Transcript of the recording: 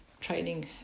training